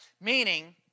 Meaning